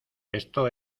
esto